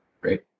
Great